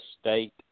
state